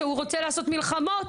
כשהוא רוצה לעשות מלחמות,